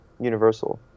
Universal